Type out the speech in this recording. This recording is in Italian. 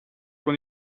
con